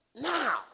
now